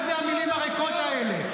מה זה המילים הריקות האלה?